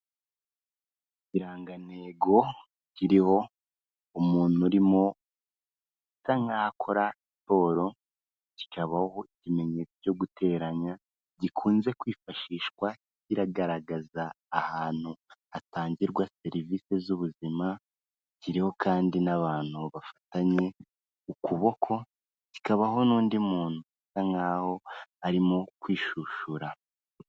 Ikirangantego kiriho umuntu urimo usa nkaho akora siporo, kikabaho ikimenyetso cyo guteranya gikunze kwifashishwa kigaragaza ahantu hatangirwa serivisi z'ubuzima, kiriho kandi n'abantu bafatanye ukuboko, kikabaho n'undi muntu usa nkaho arimo kwishushura.